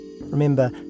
Remember